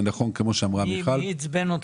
מי עצבן אותך?